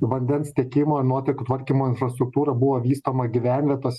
vandens tiekimo ir nuotekų tvarkymo infrastruktūra buvo vystoma gyvenvietės